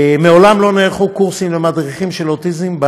מעולם לא נערכו קורסים למדריכים של אוטיסטים.